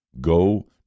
Go